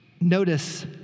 Notice